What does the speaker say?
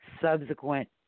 subsequent